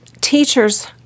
teachers